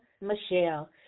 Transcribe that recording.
Michelle